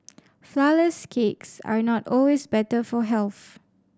flourless cakes are not always better for health